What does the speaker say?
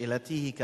שאלתי היא ככה: